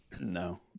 No